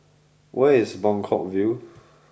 where is Buangkok View